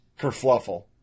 kerfluffle